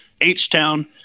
H-Town